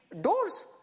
doors